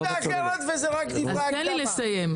לא בצוללות.